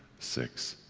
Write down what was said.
six,